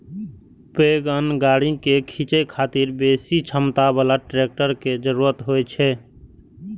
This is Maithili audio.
पैघ अन्न गाड़ी कें खींचै खातिर बेसी क्षमता बला ट्रैक्टर के जरूरत होइ छै